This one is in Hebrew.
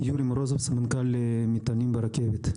אני סמנכ"ל מטענים ברכבת.